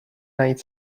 najít